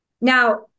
Now